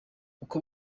uko